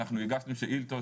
אנחנו הגשנו שאילתות,